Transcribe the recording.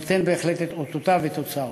נותנת בהחלט את אותותיה ותוצאותיה.